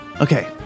Okay